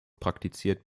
praktiziert